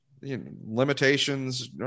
limitations